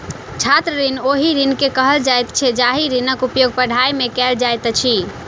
छात्र ऋण ओहि ऋण के कहल जाइत छै जाहि ऋणक उपयोग पढ़ाइ मे कयल जाइत अछि